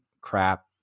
crap